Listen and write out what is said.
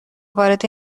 وارد